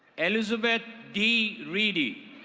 elizabeth d reedy.